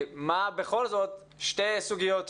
מה בכל זאת שתי סוגיות,